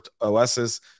os's